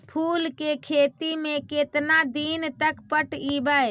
फूल के खेती में केतना दिन पर पटइबै?